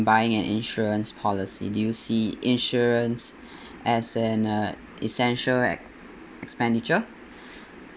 buying an insurance policy do you see insurance as an uh essential ex~ expenditure